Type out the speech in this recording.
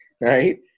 right